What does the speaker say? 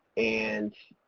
and